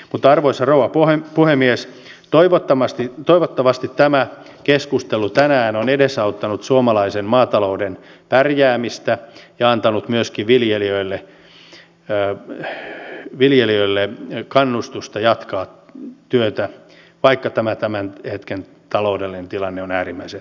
mutta arvoisa rouva puhemies toivottavasti tämä keskustelu tänään on edesauttanut suomalaisen maatalouden pärjäämistä ja antanut myöskin viljelijöille kannustusta jatkaa työtä vaikka tämä tämän hetken taloudellinen tilanne on äärimmäisen hankala